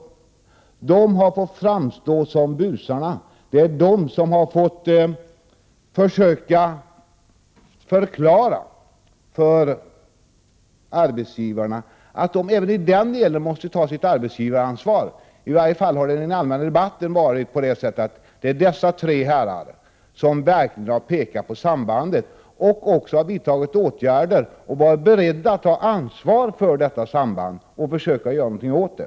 De har fått framstå som busarna. Det är de som har fått försöka förklara för arbetsgivarna att de även i den delen måste ta sitt arbetsgivaransvar. I varje fall har det i den allmänna debatten framstått som att det är dessa tre herrar som verkligen har pekat på detta samband och även vidtagit åtgärder och varit beredda att ta ansvar för detta samband för att försöka göra något åt det.